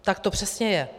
Tak to přesně je.